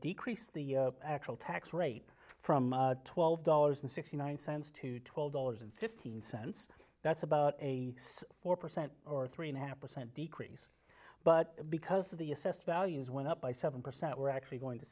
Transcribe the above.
decreased the actual tax rate from twelve dollars and sixty nine cents to twelve dollars and fifteen cents that's about a four percent or three and a half percent decrease but because the assessed values went up by seven percent we're actually going to